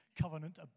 covenant